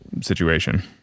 situation